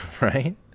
right